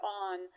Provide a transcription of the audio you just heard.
on